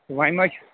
وۄنۍ مہ چھُ